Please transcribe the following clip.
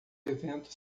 evento